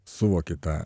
suvoki tą